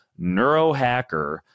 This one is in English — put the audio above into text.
Neurohacker